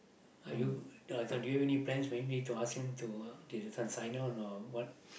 are you uh this one do you have any plans maybe to ask him to your son sign on or what